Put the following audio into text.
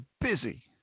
busy